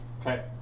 Okay